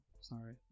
sorry